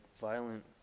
violent